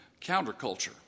counterculture